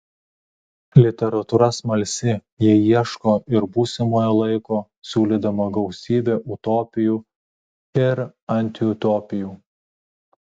literatūra smalsi ji ieško ir būsimojo laiko siūlydama gausybę utopijų ir antiutopijų